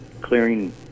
clearing